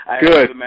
good